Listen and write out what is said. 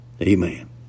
Amen